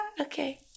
okay